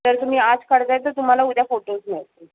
जर तुम्ही आज काढत आहे तर तुम्हाला उद्या फोटोज मिळतील